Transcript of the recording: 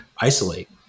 isolate